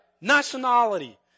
nationality